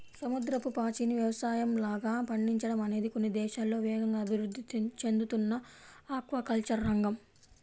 సముద్రపు పాచిని యవసాయంలాగా పండించడం అనేది కొన్ని దేశాల్లో వేగంగా అభివృద్ధి చెందుతున్న ఆక్వాకల్చర్ రంగం